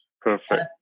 Perfect